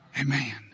Amen